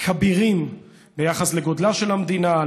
כבירים ביחס לגודלה של המדינה,